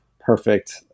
perfect